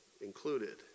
included